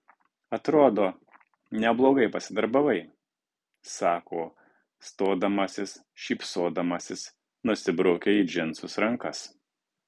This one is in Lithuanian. atrodo neblogai pasidarbavai sako stodamasis šypsodamasis nusibraukia į džinsus rankas